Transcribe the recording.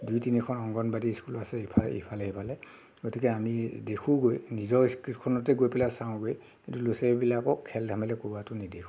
দুই তিনিখন অংগনবাড়ী স্কুলো আছে ইফালে ইফালে সিফালে গতিকে আমি দেখোঁগৈ নিজৰ স্কুলখনতে গৈ পেলাই চাওঁগৈ কিন্তু ল'ৰা ছোৱালীবিলাকক খেল ধেমালি কৰাটো নেদেখোঁৱেই